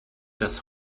das